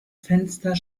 fenster